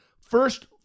First